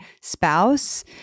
spouse